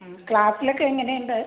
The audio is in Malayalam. ങ് ക്ലാസിലൊക്കെ എങ്ങനെയുണ്ട്